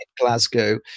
glasgow